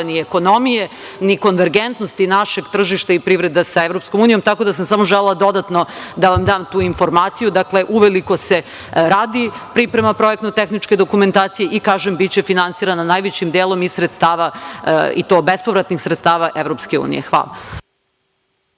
ni ekonomije, ni konvergentnosti našeg tržišta i privrede sa EU. Samo sam želela dodatno da vam dam tu informaciju. Dakle, uveliko se radi priprema projektno tehničke dokumentacije i, kažem, biće finansirana najvećim delom iz sredstava, i to bespovratnih sredstava EU. Hvala.